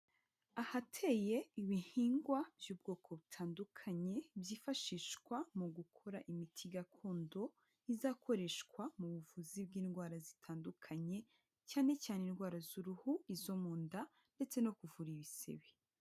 Ahateye ibihingwa by'ubwoko butandukanye, byifashishwa mu gukora imiti gakondo izakoreshwa mu buvuzi bw'indwara zitandukanye, cyane cyane indwara z'uruhu, izo mu nda ndetse no kuvura ibisebe.